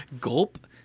Gulp